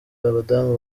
abadamu